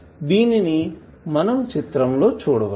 దీనిని మనం చిత్రం లో చూడవచ్చు